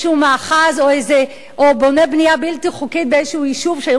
מאחז או בונה בנייה בלתי חוקית באיזה יישוב,